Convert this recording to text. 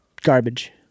Garbage